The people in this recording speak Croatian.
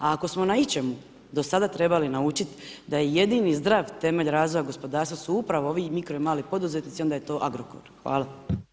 A ako smo na ičemu do sada trebali naučiti da je jedini zdrav temelj razvoja gospodarstva su upravo ovi mikro i mali poduzetnici, onda je to Agrokor.